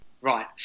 Right